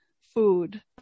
food